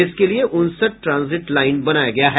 इसके लिए उनसठ ट्रांजिट लाईन बनाया गया है